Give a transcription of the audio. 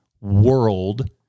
world